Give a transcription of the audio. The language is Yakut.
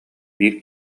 биир